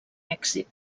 èxit